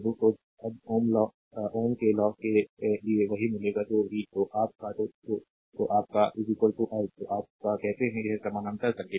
तो अब ओम के लॉ के लिए वही मिलेगा जो v तो आप का को तो आप का i i तो आप का कहता है यह एक समानांतर सर्किट है